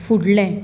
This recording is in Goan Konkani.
फुडलें